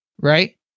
right